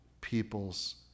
peoples